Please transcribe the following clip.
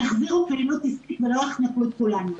יחזירו פעילות עסקית ולא יחנקו את כולנו.